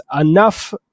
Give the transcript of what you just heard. enough